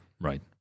Right